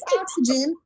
oxygen